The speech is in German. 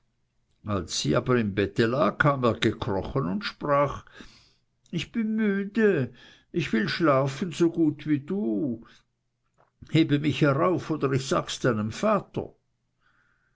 als sie aber im bette lag kam er gekrochen und sprach ich bin müde ich will schlafen so gut wie du heb mich herauf oder ich sags deinem vater